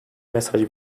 mesaj